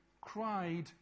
cried